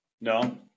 No